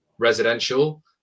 Residential